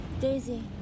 Daisy